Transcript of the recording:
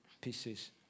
pieces